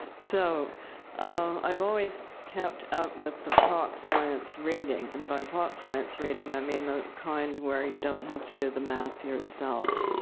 so um i've always kept up with the pop-science reading. and by pop-science reading, i mean the kind where you don't have to do the math yourself.